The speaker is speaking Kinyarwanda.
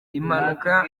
impanuka